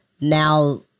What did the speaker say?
Now